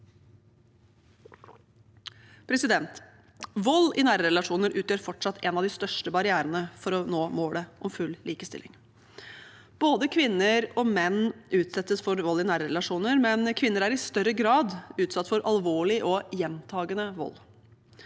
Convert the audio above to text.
likestilling. Vold i nære relasjoner utgjør fortsatt en av de største barrierene for å nå målet om full likestilling. Både kvinner og menn utsettes for vold i nære relasjoner, men kvinner er i større grad utsatt for alvorlig og gjentakende vold.